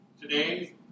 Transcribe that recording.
Today